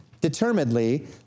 determinedly